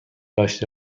داشته